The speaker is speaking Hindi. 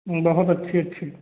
बहुत अच्छी अच्छी